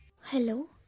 Hello